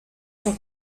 cent